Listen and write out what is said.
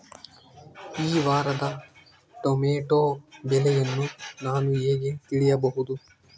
ಈ ವಾರದ ಟೊಮೆಟೊ ಬೆಲೆಯನ್ನು ನಾನು ಹೇಗೆ ತಿಳಿಯಬಹುದು?